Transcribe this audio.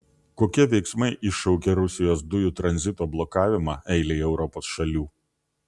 kokie veiksmai iššaukė rusijos dujų tranzito blokavimą eilei europos šalių